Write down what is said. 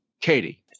Katie